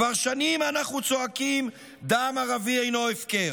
כבר שנים אנחנו צועקים "דם ערבי אינו הפקר",